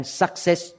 success